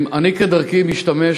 אני משתמש,